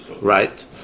right